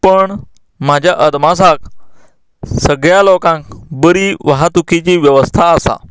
पण म्हाज्या अदमासाक सगळ्या लोकांक बरी वाहतुकेची वेवस्था आसा